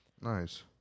Nice